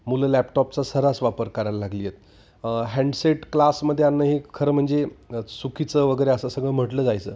मुलं लॅपटॉपचा सर्रास वापर करायला लागली आहेत हँडसेट क्लासमध्ये आणणं हे खर म्हणजे चुकीचं वगैरे असं सगळं म्हटलं जायचं